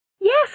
Yes